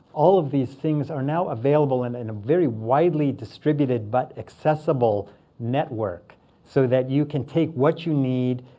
all of these things are now available and in a very widely-distributed but accessible network so that you can take what you need.